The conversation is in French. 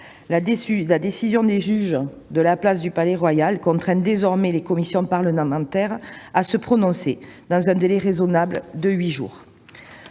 La décision des juges de la place du Palais royal contraint désormais les commissions parlementaires à se prononcer dans un délai raisonnable de huit jours.